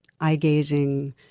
eye-gazing